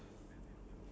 ya